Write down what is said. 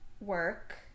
work